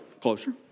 Closer